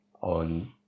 on